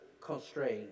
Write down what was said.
constraint